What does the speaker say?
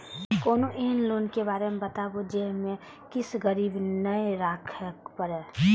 कोनो एहन लोन के बारे मे बताबु जे मे किछ गीरबी नय राखे परे?